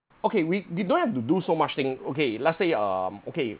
okay we we don't have to do so much thing okay let's say um okay